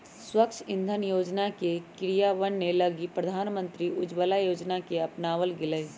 स्वच्छ इंधन योजना के क्रियान्वयन लगी प्रधानमंत्री उज्ज्वला योजना के अपनावल गैलय